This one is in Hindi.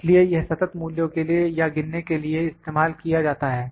इसलिए यह सतत मूल्यों के लिए या गिनने के लिए इस्तेमाल किया जाता है